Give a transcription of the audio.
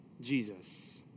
Jesus